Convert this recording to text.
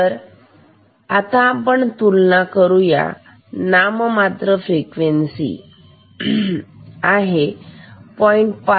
तर आता आपण तुलना करून नाममात्र फ्रिक्वेन्सी आहे पॉईंट 0